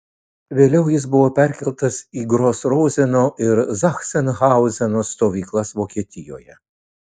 vėliau jis buvo perkeltas į gros rozeno ir zachsenhauzeno stovyklas vokietijoje